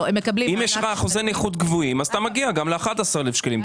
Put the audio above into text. אם יש לאדם אחוזי נכות גבוהים אז הוא מגיע גם ל-11,000 שקלים.